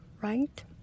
right